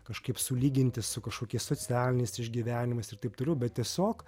kažkaip sulyginti su kažkokiais socialiniais išgyvenimais ir taip toliau bet tiesiog